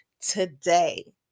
today